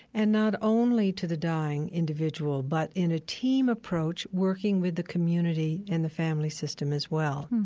and not only to the dying individual but in a team approach working with the community and the family system as well.